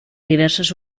diverses